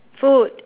food